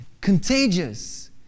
contagious